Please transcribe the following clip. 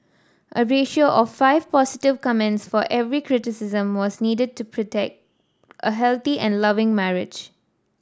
a ratio of five positive comments for every criticism was needed to predict a healthy and loving marriage